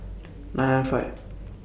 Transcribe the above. nine nine five